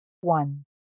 one